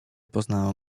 poznałem